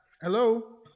hello